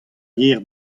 yer